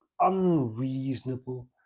unreasonable